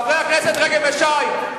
חברי הכנסת רגב ושי.